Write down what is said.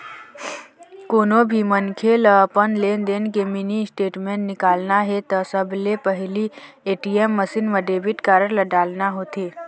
कोनो भी मनखे ल अपन लेनदेन के मिनी स्टेटमेंट निकालना हे त सबले पहिली ए.टी.एम मसीन म डेबिट कारड ल डालना होथे